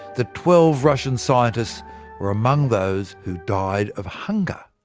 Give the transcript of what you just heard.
the twelve russian scientists were among those who died of hunger.